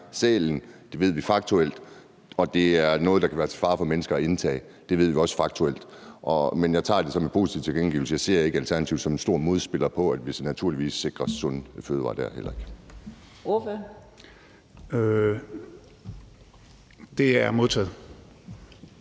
sælen. Det ved vi faktuelt. Og det er noget, der kan være til fare for mennesker at indtage. Det ved vi også faktuelt. Men jeg tager det som en positiv tilkendegivelse. Jeg ser heller ikke der Alternativet som en stor modspiller, i forhold til at vi naturligvis skal sikre sunde fødevarer. Kl. 14:16 Fjerde